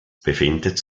befindet